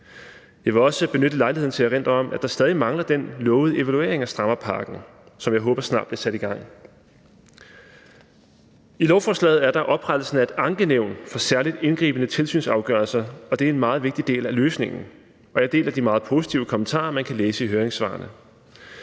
Jeg vil også benytte lejligheden til at erindre om, at der stadig mangler den lovede evaluering af strammerpakken, som jeg håber snart bliver sat i gang. I lovforslaget er der oprettelsen af et ankenævn for særlig indgribende tilsynsafgørelser, og det er en meget vigtig del af løsningen. Jeg deler de meget positive kommentarer, man kan læse i høringssvarene.